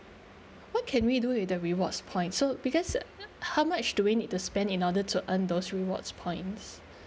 what can we do with the rewards points so because how much do we need to spend in order to earn those rewards point